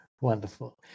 Wonderful